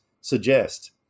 suggest